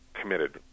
committed